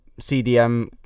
CDM